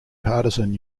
partisan